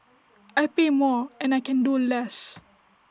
I pay more and I can do less